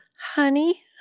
honey